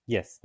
Yes